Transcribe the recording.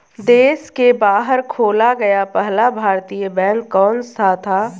देश के बाहर खोला गया पहला भारतीय बैंक कौन सा था?